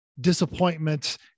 disappointments